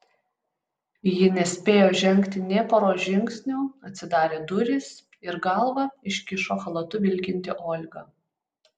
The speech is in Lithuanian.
ji nespėjo žengti nė poros žingsnių atsidarė durys ir galvą iškišo chalatu vilkinti olga